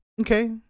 Okay